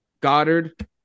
Goddard